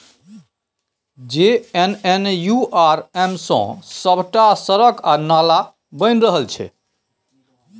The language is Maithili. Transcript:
जे.एन.एन.यू.आर.एम सँ सभटा सड़क आ नाला बनि रहल छै